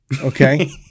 Okay